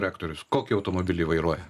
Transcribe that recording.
rektorius kokį automobilį vairuoja